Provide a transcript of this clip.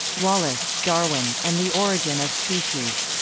wallace, darwin, and the origin of species.